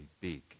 big